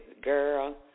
girl